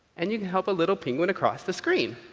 and you can help a little penguin across the screen.